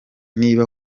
niba